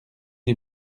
est